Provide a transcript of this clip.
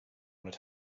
wanna